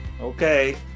okay